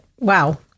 Wow